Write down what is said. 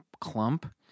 clump